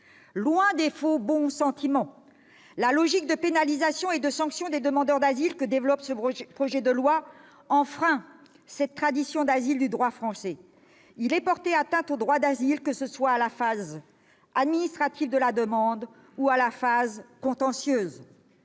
Loin des faux bons sentiments, la logique de pénalisation et de sanction des demandeurs d'asile que développe ce projet de loi enfreint cette tradition d'asile du droit français. Il est porté atteinte au droit d'asile dans la phase administrative de la demande comme dans sa phase contentieuse.